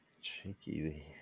cheeky